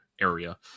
area